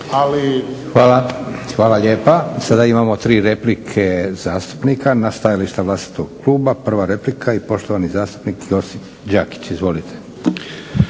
(SDP)** Hvala lijepa. Sada imamo tri replike zastupnika na stajališta vlastitog kluba. Prva replika i poštovani zastupnik Josip Đakić. Izvolite.